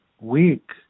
week